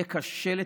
יהיה קשה לתקן.